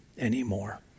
anymore